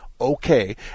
okay